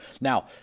now